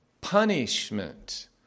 Punishment